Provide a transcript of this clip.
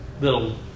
Little